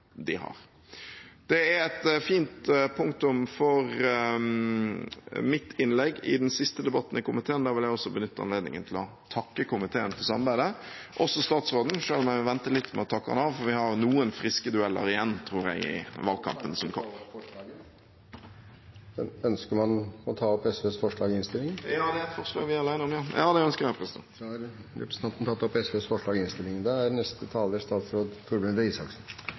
de har. Det er et fint punktum for mitt innlegg i komiteens siste debatt. Da vil jeg også benytte anledningen til å takke komiteen for samarbeidet – og også statsråden, selv om jeg vil vente litt med å takke ham av, for vi har noen friske dueller igjen, tror jeg, i valgkampen. Jeg tar opp SVs forslag. Representanten Audun Lysbakken har tatt opp det forslaget han refererte til. I